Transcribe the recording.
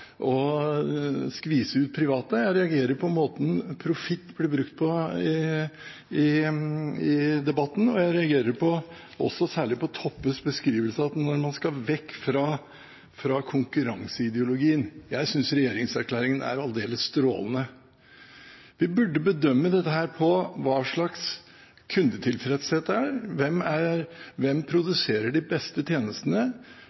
å skvise ut private. Jeg reagerer på måten ordet «profitt» blir brukt på i debatten, og jeg reagerer særlig på Toppes beskrivelse av at man skal vekk fra konkurranseideologien. Jeg synes regjeringserklæringen er aldeles strålende. Vi burde bedømme dette etter hva slags kundetilfredshet det er. Hvem produserer de beste tjenestene etter de krav som samfunnet stiller? Hvem er